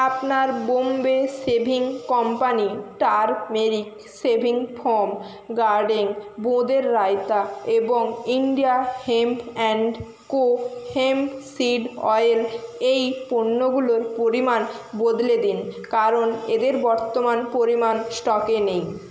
আপনার Bombay shaving company turmeric shaving foam garden বোঁদের রায়তা এবং India hemp and co hemp seed oil এই পণ্যগুলোর পরিমাণ বদলে দিন কারণ এদের বর্তমান পরিমাণ স্টকে নেই